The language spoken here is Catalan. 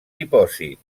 dipòsit